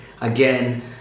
again